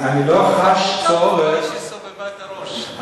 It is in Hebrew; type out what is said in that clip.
אני לא חש צורך, היא סובבה את הראש.